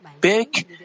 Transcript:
big